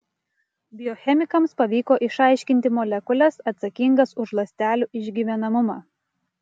biochemikams pavyko išaiškinti molekules atsakingas už ląstelių išgyvenamumą